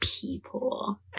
people